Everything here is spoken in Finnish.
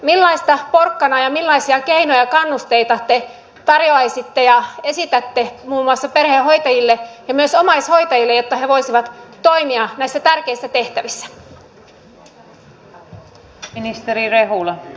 millaista porkkanaa ja millaisia keinoja kannusteita te tarjoaisitte ja esitätte muun muassa perhehoitajille ja myös omaishoitajille jotta he voisivat toimia näissä tärkeissä tehtävissä